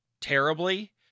terribly